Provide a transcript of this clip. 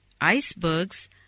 icebergs